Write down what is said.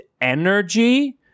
energy